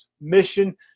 Mission